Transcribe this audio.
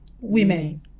women